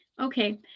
okay